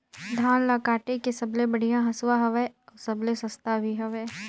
धान ल काटे के सबले बढ़िया हंसुवा हवये? अउ सबले सस्ता भी हवे?